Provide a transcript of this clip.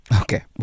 Okay